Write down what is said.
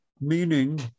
meaning